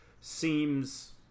seems